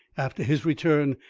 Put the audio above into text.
after his return,